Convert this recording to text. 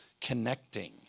connecting